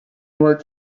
work